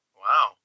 Wow